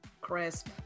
Crisp